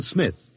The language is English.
Smith